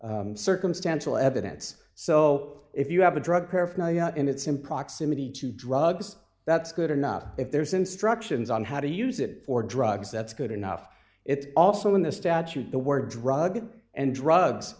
circumstantial evidence so if you have a drug paraphernalia and it's him proximity to drugs that's good enough if there's instructions on how to use it for drugs that's good enough it's also in this statute the word drug and drugs